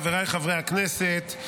חבריי חברי הכנסת,